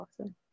awesome